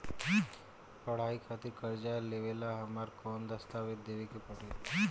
पढ़ाई खातिर कर्जा लेवेला हमरा कौन दस्तावेज़ देवे के पड़ी?